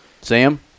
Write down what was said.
Sam